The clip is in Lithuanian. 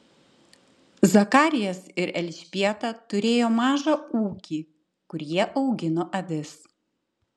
zakarijas ir elžbieta turėjo mažą ūkį kur jie augino avis